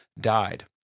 died